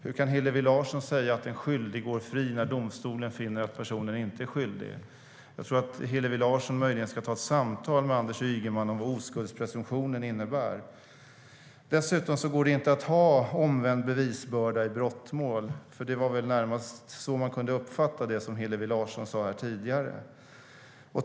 Hur kan Hillevi Larsson säga att en skyldig går fri när domstolen finner att personen inte är skyldig? Jag tror att Hillevi Larsson möjligen ska ta ett samtal med Anders Ygeman om vad oskuldspresumtionen innebär. Dessutom går det inte att ha omvänd bevisbörda i brottmål, för det var väl närmast så man kunde uppfatta det som Hillevi Larsson sade här tidigare.